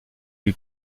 lui